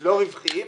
לא רווחיים.